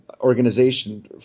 organization